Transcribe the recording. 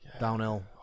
downhill